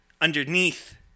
Underneath